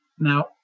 Now